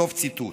סוף ציטוט.